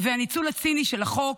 והניצול הציני של החוק